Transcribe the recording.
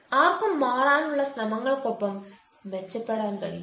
ആർക്കും മാറാനുള്ള ശ്രമങ്ങൾക്കൊപ്പം മെച്ചപ്പെടാൻ കഴിയും